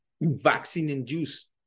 vaccine-induced